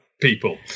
people